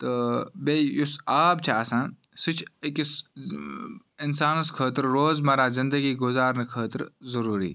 تہٕ بیٚیہِ یُس آب چھُ آسان سُہ چھُ أکِس اِنسانَس خٲطرٕ روز مَرَہ زِندگی گُزارنہٕ خٲطرٕ ضروری